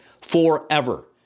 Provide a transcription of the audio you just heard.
forever